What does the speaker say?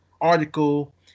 article